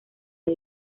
fue